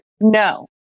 No